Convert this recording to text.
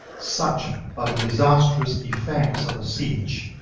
such are the disastrous effects of a siege.